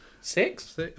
six